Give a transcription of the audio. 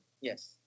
yes